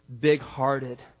big-hearted